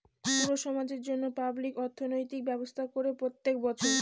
পুরো সমাজের জন্য পাবলিক অর্থনৈতিক ব্যবস্থা করে প্রত্যেক বছর